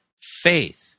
faith